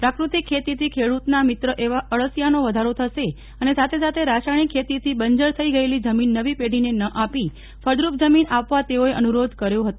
પ્રાફુતિક ખેતીથી ખેડૂતના મિત્ર એવા અળશિયાનો વધારો થશે અને સાથે સાથે રાસાથણિક ખેતીથી બંજર થઇ ગયેલી જમીન નવી પેઢીને ન આપી ફળદ્રપ જમીન આપવા તેઓએ અનુરોધ કર્યો હતો